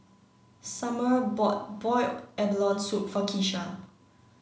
Samir bought Boiled Abalone Soup for Keesha